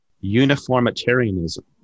uniformitarianism